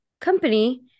company